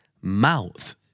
Mouth